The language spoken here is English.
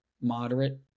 moderate